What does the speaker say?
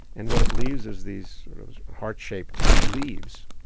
and what it leaves is these sort of heart-shaped leaves.